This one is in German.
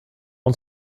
ins